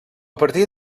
partir